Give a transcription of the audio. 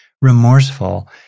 remorseful